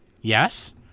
yes